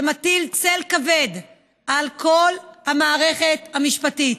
שמטיל צל כבד על כל המערכת המשפטית.